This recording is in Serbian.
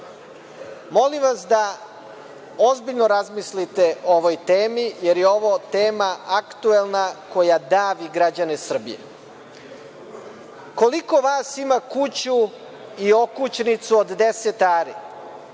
Molim vas da ozbiljno razmislite o ovoj temi, jer je ovo tema aktuelna koja davi građane Srbije. Koliko vas ima kuću i okućnicu od 10 ari?